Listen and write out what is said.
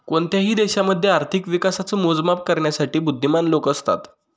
कोणत्याही देशामध्ये आर्थिक विकासाच मोजमाप करण्यासाठी बुध्दीमान लोक असतात